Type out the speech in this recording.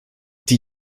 die